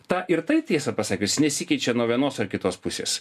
tą ir tai tiesa pasakius nesikeičia nuo vienos ar kitos pusės